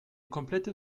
komplette